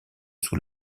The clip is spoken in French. sous